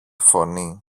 φωνή